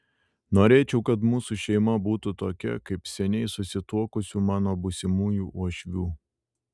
norėčiau kad mūsų šeima būtų tokia kaip seniai susituokusių mano būsimųjų uošvių